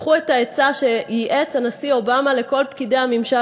קחו את העצה שייעץ הנשיא אובמה לכל פקידי הממשל